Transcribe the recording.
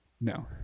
no